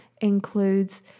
includes